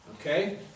Okay